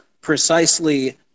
precisely